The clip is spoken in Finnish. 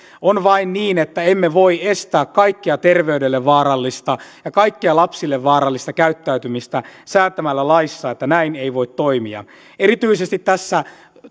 on vain niin että emme voi estää kaikkea terveydelle vaarallista ja kaikkea lapsille vaarallista käyttäytymistä säätämällä laissa että näin ei voi toimia erityisesti tässä